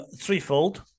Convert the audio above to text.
Threefold